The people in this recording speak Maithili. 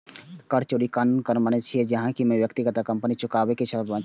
कर चोरी गैरकानूनी काज छियै, जाहि मे व्यक्ति अथवा कंपनी कर चुकाबै सं बचै छै